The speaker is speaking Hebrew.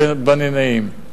אבל גם ליד בני-נעים.